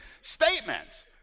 statements